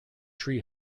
tree